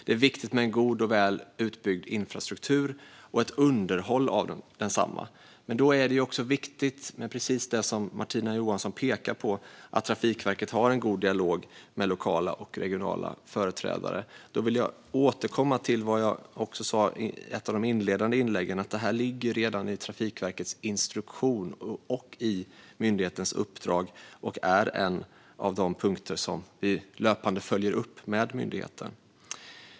Det är viktigt med en god och väl utbyggd infrastruktur och ett underhåll av densamma. Då är det också viktigt med precis det som Martina Johansson pekade på, det vill säga att Trafikverket har en god dialog med lokala och regionala företrädare. Jag vill återkomma till vad jag sa i ett av mina inledande inlägg: Detta ligger redan i Trafikverkets instruktion och i myndighetens uppdrag, och det är en av de punkter som vi löpande följer upp med myndigheten.